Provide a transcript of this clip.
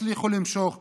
יצליחו למשוך קולות,